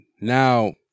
Now